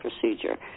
procedure